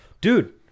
dude